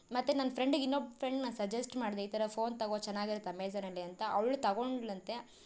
ಮತ್ತು ನನ್ನ ಫ್ರೆಂಡಿಗೆ ಇನ್ನೊಬ್ಬ ಫ್ರೆಂಡನ್ನ ಸಜೆಸ್ಟ್ ಮಾಡಿದೆ ಈ ಥರ ಫೋನ್ ತಗೋ ಚೆನ್ನಾಗಿರುತ್ತೆ ಅಮೆಝಾನಲ್ಲಿ ಅಂತ ಅವ್ಳು ತಗೊಂಡಳಂತೆ